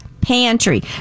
pantry